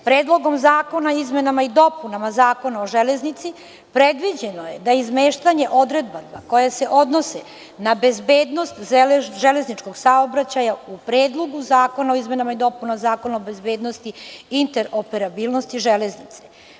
Predlogom zakona o izmenama i dopunama Zakona o železnici predviđeno je izmeštanje odredaba koje se odnose na bezbednost železničkog saobraćaja u Predlogu zakona o izmenama i dopunama Zakona o bezbednosti i interoperabilnosti železnice.